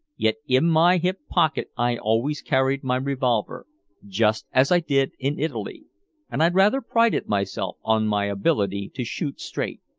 yet in my hip pocket i always carried my revolver just as i did in italy and i rather prided myself on my ability to shoot straight.